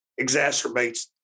exacerbates